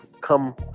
come